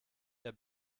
der